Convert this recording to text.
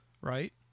right